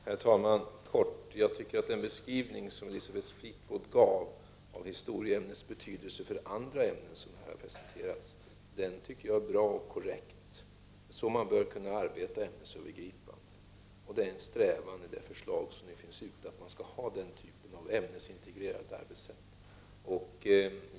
Herr talman! Kort: Jag tycker att den beskrivning som Elisabeth Fleetwood gav av historieämnets betydelse för andra ämnen är bra och korrekt. Det är så man bör kunna arbeta ämnesövergripande, och det är en strävan i det förslag som nu föreligger att man skall ha den typen av ämnesintegrerat arbetssätt.